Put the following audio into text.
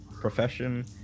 profession